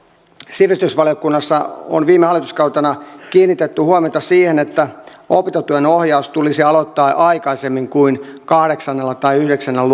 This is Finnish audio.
sivistysvaliokunnassa on viime hallituskaudella kiinnitetty huomiota siihen että opintojen ohjaus tulisi aloittaa aikaisemmin kuin kahdeksas tai yhdeksännellä